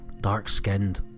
dark-skinned